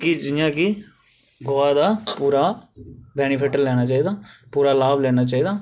कि जि'यां कि गोहे दा पूरा बनीफिट लैना चाहिदा पूरा लाभ लैना चाहिदा